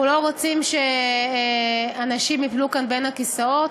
אנחנו לא רוצים שאנשים ייפלו כאן בין הכיסאות,